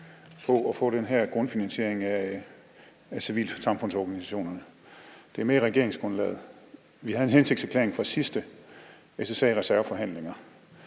på at få den her grundfinansiering af civilsamfundsorganisationerne. Det er med i regeringsgrundlaget. Vi har en hensigtserklæring fra de sidste SSA-reserveforhandlinger,